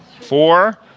Four